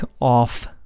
Off